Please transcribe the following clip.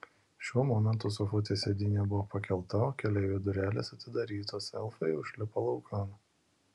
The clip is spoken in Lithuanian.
šiuo momentu sofutės sėdynė buvo pakelta o keleivių durelės atidarytos elfai jau išlipo laukan